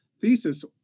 thesis